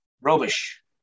rubbish